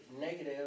negative